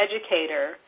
educator